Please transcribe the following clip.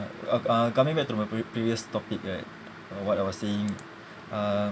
uh uh coming back to my pre~ previous topic right what I was saying uh